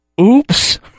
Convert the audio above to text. Oops